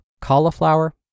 cauliflower